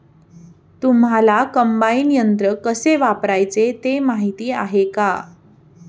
तुम्हांला कम्बाइन यंत्र कसे वापरायचे ते माहीती आहे का?